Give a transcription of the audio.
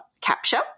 capture